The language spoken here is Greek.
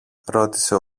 ρώτησε